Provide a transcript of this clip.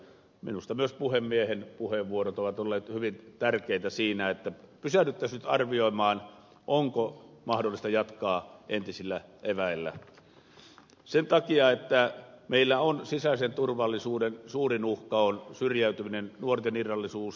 minusta myös puhemiehen puheenvuorot ovat olleet hyvin tärkeitä siinä että pysähdyttäisiin nyt arvioimaan onko mahdollista jatkaa entisillä eväillä sen takia että meillä sisäisen turvallisuuden suurin uhka on syrjäytyminen nuorten irrallisuus